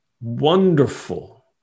wonderful